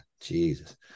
Jesus